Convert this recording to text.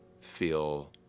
feel